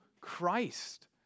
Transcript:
Christ